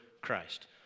Christ